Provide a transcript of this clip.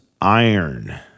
iron